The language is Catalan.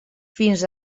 fins